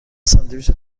ساندویچ